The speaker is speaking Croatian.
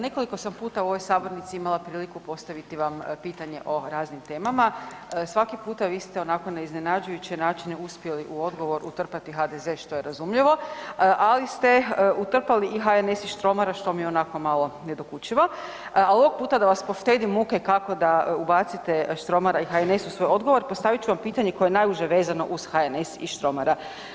Nekoliko sam puta u ovoj sabornici imala priliku postaviti vam pitanje o raznim temama, svaki puta vi ste onako na iznenađujuće načine uspjeli u odgovor utrpati HDZ što je razumljivo, ali ste utrpali i HNS i Štromara što mi je onako malo nedokučivo, ali ovog puta da vas poštedim muke kako da ubacite Štromara i HNS u svoj odgovor postavit ću vam pitanje koje je najuže vezano uz HNS i Štromara.